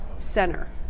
center